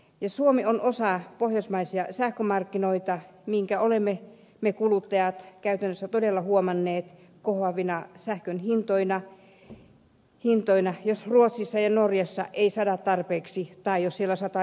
ja suomi on osa pohjoismaisia sähkömarkkinoita minkä olemme me kuluttajat käytännössä todella huomanneet kohoavina sähkön hintoina jos ruotsissa ja norjassa ei sada tarpeeksi tai jos siellä sataa liian paljon